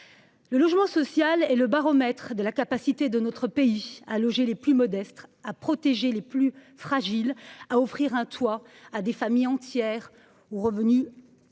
Le logement social est le baromètre de la capacité de notre pays à loger les plus modestes, à protéger les plus fragiles, à offrir un toit à des familles entières aux revenus plafonnés.